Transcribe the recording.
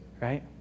right